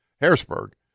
Harrisburg